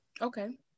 okay